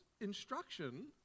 instruction